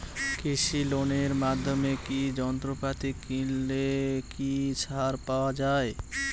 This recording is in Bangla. কৃষি লোনের মাধ্যমে কৃষি যন্ত্রপাতি কিনলে কি ছাড় পাওয়া যায়?